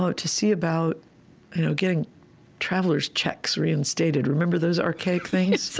so to see about you know getting traveler's checks reinstated. remember those archaic things?